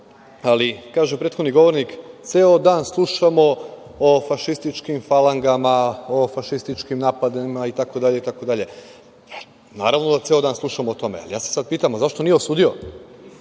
raspravu. Kaže prethodni govornik – ceo dan slušamo o fašističkim falangama, o fašističkim napadima, itd. Naravno da ceo dan slušamo o tome. Ali, ja se sad pitam – zašto nije osudio?